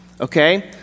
okay